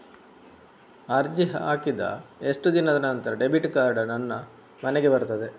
ಅರ್ಜಿ ಹಾಕಿದ ಎಷ್ಟು ದಿನದ ನಂತರ ಡೆಬಿಟ್ ಕಾರ್ಡ್ ನನ್ನ ಮನೆಗೆ ಬರುತ್ತದೆ?